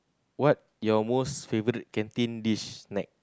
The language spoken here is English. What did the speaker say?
what your most favorite canteen dish snack